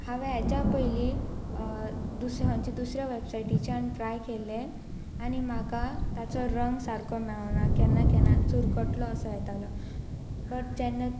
हांवें हेच्या पयलीं दुसरें हांचे दुसऱ्या वॅबसायटीच्यान ट्राय केल्लें आनी म्हाका ताचो रंग सारको मेळना केन्ना केन्ना चुरकटलो असो येतालो बट जेन्ना